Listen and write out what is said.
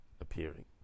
appearing